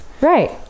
Right